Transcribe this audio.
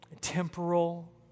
temporal